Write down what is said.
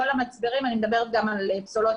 לא למצברים אלא אני מדברת גם על סוללות